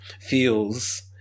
feels